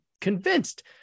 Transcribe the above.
convinced